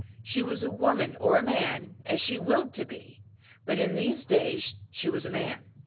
she was a woman or a man as she willed to be but in these days she was a man.